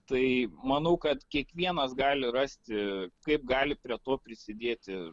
tai manau kad kiekvienas gali rasti kaip gali prie to prisidėti